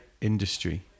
industry